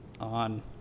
on